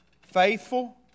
faithful